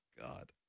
God